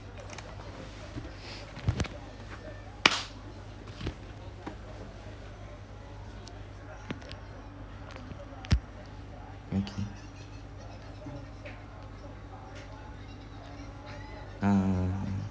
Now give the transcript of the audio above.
okay uh